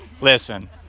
listen